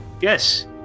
Yes